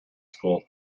school